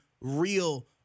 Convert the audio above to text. real